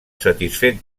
satisfet